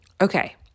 okay